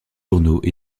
journaux